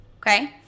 okay